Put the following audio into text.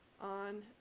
on